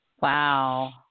Wow